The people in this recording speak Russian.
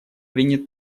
принят